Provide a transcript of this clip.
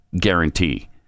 guarantee